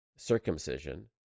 circumcision